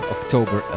October